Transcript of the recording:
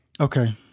Okay